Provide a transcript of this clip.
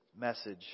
message